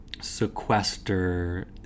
sequester